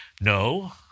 No